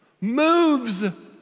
moves